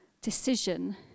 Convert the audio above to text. decision